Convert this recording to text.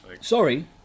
Sorry